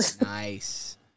Nice